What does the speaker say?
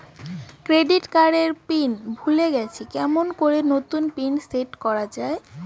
Credit card এর pin ভুলে গেলে কেমন করি নতুন পিন সেট করা য়ায়?